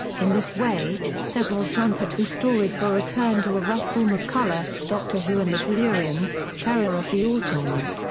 in this way, several jon pertwee stories were returned to a rough form of colour doctor who and the silurians, terror of the autons,